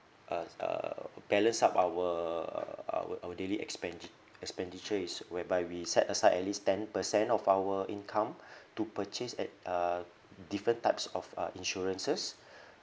uh uh balanced up our our our daily expandit~ expenditure is whereby we set aside at least ten percent of our income to purchase at uh different types of uh insurances